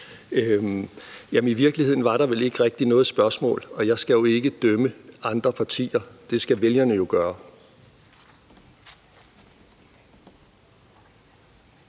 I virkeligheden var der vel ikke rigtig noget spørgsmål, og jeg skal jo ikke dømme andre partier, det skal vælgerne gøre.